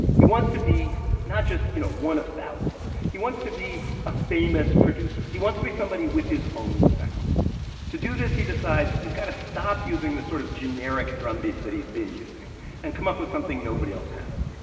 he wants to be not just, you know, one of thousands. he wants to be a famous producer. he wants to be somebody with his own sound to do this, he decides he's got to stop using the sort of generic drumbeats that he's been using and come up with something nobody else has.